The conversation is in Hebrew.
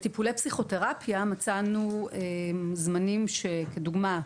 בטיפולי פסיכותרפיה מצאנו זמנים כדוגמה: